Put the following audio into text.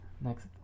Next